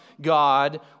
God